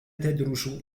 تدرس